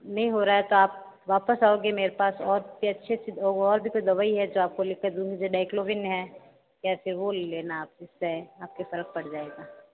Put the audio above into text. नहीं हो रहा है तो आप वापस आओगे मेरे पास और भी अच्छे अच्छे और भी तो दवाई है जो आपको लिख कर दूंगी जो डाइक्लोवीन है या फिर वो लेना आप उससे आपके फर्क पड़ जाएगा